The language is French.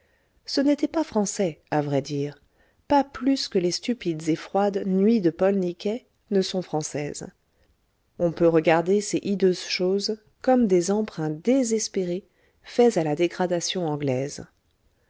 ce n'était pas français à vrai dire pas plus que les stupides et froides nuits de paul niquet ne sont françaises on peut regarder ces hideuses choses comme des emprunts désespérés faits à la dégradation anglaise